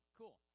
cool